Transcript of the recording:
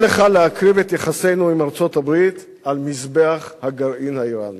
אל לך להקריב את יחסינו עם ארצות-הברית על מזבח הגרעין האירני.